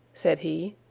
said he,